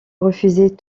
refuser